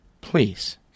please